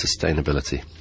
Sustainability